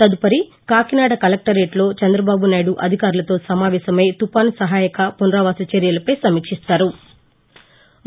తదుపరి కాకినాడ కలెక్లరేట్లో చంద్రబాబు నాయుడు అధికారులతో సమావేశమై తుపాన్ సహాయక పునరావాస చర్యలపై సమీక్షిస్తారు